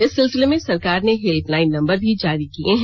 इस सिलसिले में सरकार ने हेल्पलाईन नम्बर भी जारी किये हैं